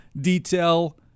detail